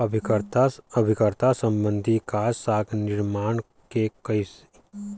अभिकर्ता संबंधी काज, साख निरमान के करई